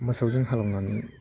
मोसौजों हालएवनानै